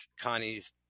Connie's